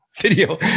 video